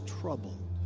troubled